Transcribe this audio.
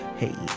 hey